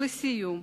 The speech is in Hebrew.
לסיום,